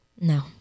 No